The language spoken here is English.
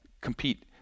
compete